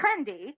trendy